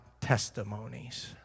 testimonies